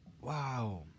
wow